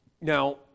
Now